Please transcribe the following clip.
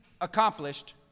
accomplished